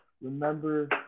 remember